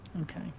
Okay